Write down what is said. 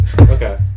Okay